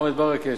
מוחמד ברכה,